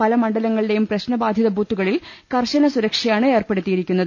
പല മണ്ഡലങ്ങളിലേയും പ്രശ്നബാധിത ബൂത്തു കളിൽ കർശന സുരക്ഷയാണ് ഏർപ്പെടുത്തിയിരിക്കുന്നത്